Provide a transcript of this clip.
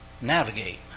navigate